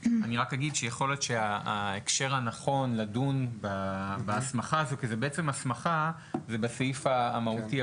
יכול להיות שההקשר הנכון לדון בהסמכה הזו הוא בסעיף המהותי,